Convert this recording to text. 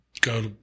Go